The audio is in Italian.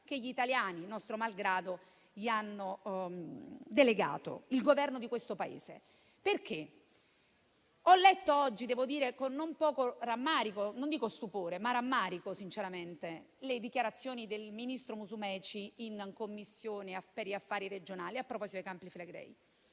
che gli italiani, nostro malgrado, gli hanno delegato: il governo di questo Paese. Ho letto oggi, devo dire con non poco rammarico (non dico stupore, ma rammarico sinceramente), le dichiarazioni del ministro Musumeci nella Commissione parlamentare per le questioni regionali a proposito dei Campi Flegrei,